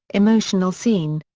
emotional scene.